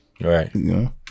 Right